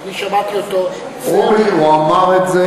אני שמעתי אותו, רובי, הוא אמר את זה,